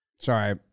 Sorry